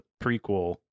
prequel